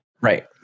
Right